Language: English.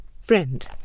Friend